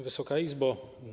Wysoka Izbo!